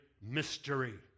mystery